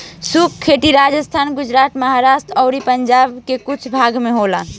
शुष्क खेती राजस्थान, गुजरात, महाराष्ट्र अउरी पंजाब के कुछ भाग में होखेला